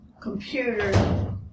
computer